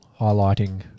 highlighting